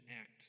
act